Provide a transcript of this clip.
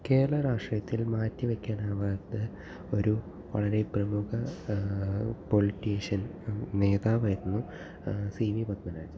കേരള രാഷ്ട്രീയത്തിൽ മാറ്റിവയ്ക്കാൻ ആവാത്ത ഒരു വളരെ പ്രമുഖ പൊളിറ്റീഷ്യൻ നേതാവായിരുന്നു സീ വീ പന്മരാജൻ